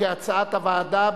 כהצעת הוועדה,